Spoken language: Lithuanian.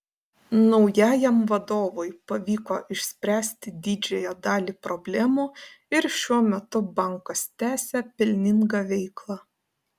naujajam vadovui pavyko išspręsti didžiąją dalį problemų ir šiuo metu bankas tęsią pelningą veiklą